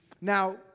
Now